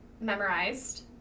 memorized